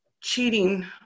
cheating